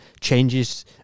changes